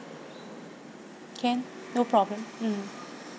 can no problem mm